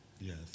Yes